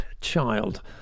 Child